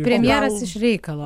premjeras iš reikalo